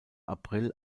april